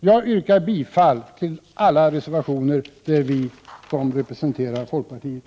Jag yrkar bifall till alla reservationer som är undertecknade av representanter från folkpartiet.